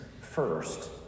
first